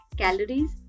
calories